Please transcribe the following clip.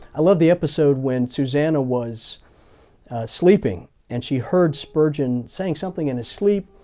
i loved the episode when susannah was sleeping and she heard spurgeon saying something in his sleep.